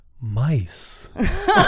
mice